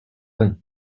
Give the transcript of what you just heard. vingt